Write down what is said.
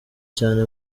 cyane